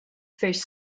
first